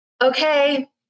Okay